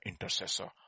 intercessor